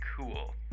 cool